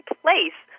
place